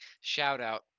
Shout-out